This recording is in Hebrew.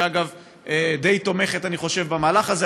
שאגב די תומכת במהלך הזה,